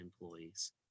employees